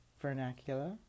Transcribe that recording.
vernacular